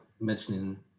mentioning